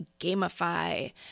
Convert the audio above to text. gamify